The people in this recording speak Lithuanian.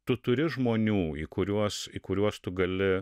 tu turi žmonių į kuriuos į kuriuos tu gali